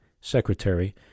secretary